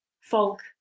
folk